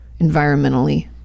environmentally